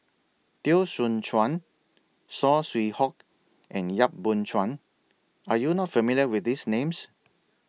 Teo Soon Chuan Saw Swee Hock and Yap Boon Chuan Are YOU not familiar with These Names